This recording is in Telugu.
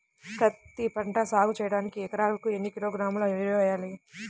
పత్తిపంట సాగు చేయడానికి ఎకరాలకు ఎన్ని కిలోగ్రాముల యూరియా వేయాలి?